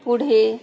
पुढे